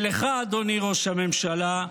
אדוני ראש הממשלה,